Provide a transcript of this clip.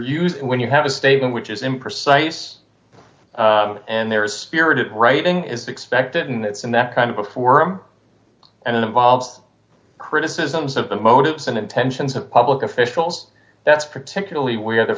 used when you have a statement which is imprecise and there is spirited writing is expected and it's in that kind of a forum and it involves criticisms of the motives and intentions of public officials that's particularly where the